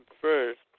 first